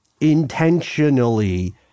intentionally